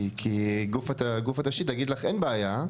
כי גוף התשתית יגיד לך: ״אין בעיה,